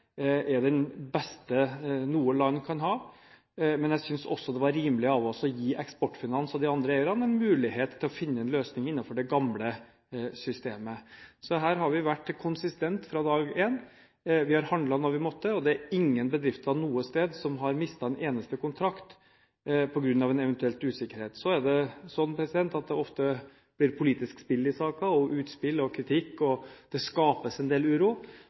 er den beste noe land kan ha. Men jeg synes også det var rimelig av oss å gi Eksportfinans ASA og de andre eierne en mulighet til å finne en løsning innefor det gamle systemet. Her har vi vært konsistent fra dag én, vi har handlet når vi måtte, og det er ingen bedrifter noe sted som har mistet en eneste kontrakt på grunn av en eventuell usikkerhet. Så er det sånn at det ofte blir politisk spill, utspill og kritikk i saker, og det skapes en del uro.